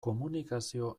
komunikazio